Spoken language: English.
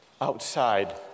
outside